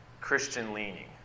Christian-leaning